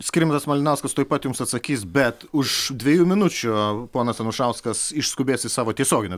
skirmantas malinauskas tuoj pat jums atsakys bet už dviejų minučių ponas anušauskas išskubės į savo tiesioginę